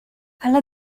alla